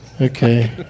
Okay